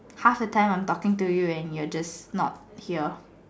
half of the time I'm talking to you and you are just not here